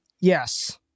Yes